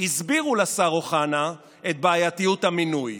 הסבירו לשר אוחנה את בעייתיות המינוי.